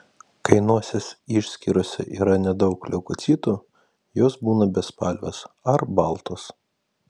kai nosies išskyrose yra nedaug leukocitų jos būna bespalvės ar baltos